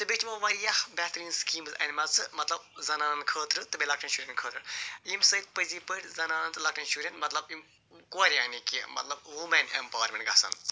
تہٕ بیٚیہِ چھِ تِمو واریاہ بہتریٖن سِکیٖمٕز اَنہِ مَژٕ مطلب زنانَن خٲطرٕ تہِ بیٚیہِ لَکٹٮ۪ن شُرٮ۪ن ہِنٛدۍ خٲطرٕ ییٚمہِ سۭتۍ پٔزی پٲٹھۍ زنانَن تہٕ لَکٹٮ۪ن شُرٮ۪ن مطلب یِم کورِ یعنی کہ مطلب وُمٮ۪ن اٮ۪مپاوَرمٮ۪نٛٹ گَژھَن